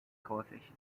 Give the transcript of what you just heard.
coefficient